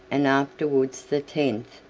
and afterwards the tenth,